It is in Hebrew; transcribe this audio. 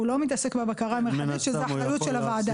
הוא לא מתעסק בבקרה המרחבית שזאת האחריות של הוועדה.